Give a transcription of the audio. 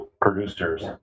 producers